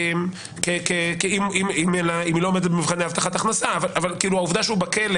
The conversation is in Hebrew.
אם היא לא עומדת במבחני הכנסה אבל העובדה שהוא בכלא